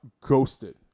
ghosted